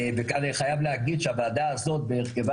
וכאן אני חייב להגיד שהוועדה הזו בהרכבה